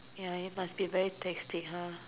ya you must be taxing !huh!